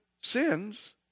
sins